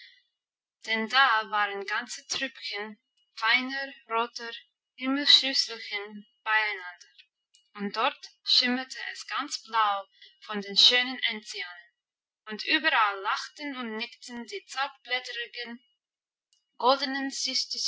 denn da waren ganze trüppchen feiner roter himmelsschlüsselchen beieinander und dort schimmerte es ganz blau von den schönen enzianen und überall lachten und nickten die